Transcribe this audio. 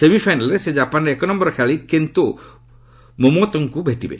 ସେମିଫାଇନାଲ୍ରେ ସେ ଜାପାନ୍ର ଏକ ନୟର ଖେଳାଳି କେନ୍ତୋ ମୋମୋତଙ୍କୁ ଭେଟିବେ